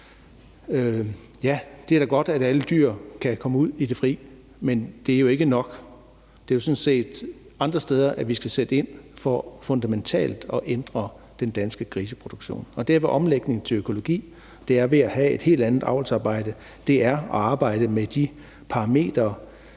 Ja, det er da godt, at alle dyr kan komme ud i det fri, men det er jo ikke nok. Det er sådan set andre steder, vi skal sætte ind for fundamentalt at ændre den danske griseproduktion, og det er ved omlægning til økologi; det er ved at have et helt andet avlsarbejde; det er ved at arbejde med de parametre